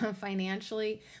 financially